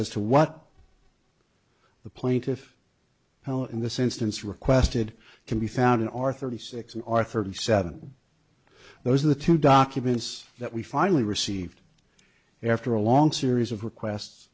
as to what the plaintiff how in this instance requested can be found in our thirty six or thirty seven those are the two documents that we finally received after a long series of request